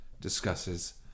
discusses